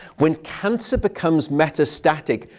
when cancer becomes metastatic,